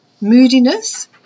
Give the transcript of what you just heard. moodiness